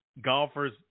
golfers